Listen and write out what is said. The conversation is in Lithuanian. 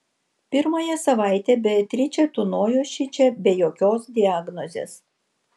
pirmąją savaitę beatričė tūnojo šičia be jokios diagnozės